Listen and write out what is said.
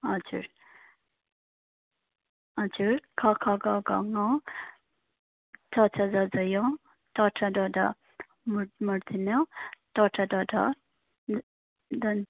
हजुर हजुर क ख ग घ ङ च छ ज झ ञ ट ठ ड ढ मुर ण ट ठ ड ढ दन्